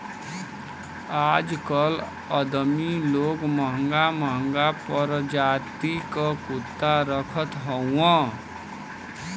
आजकल अदमी लोग महंगा महंगा परजाति क कुत्ता रखत हउवन